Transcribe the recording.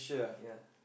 ya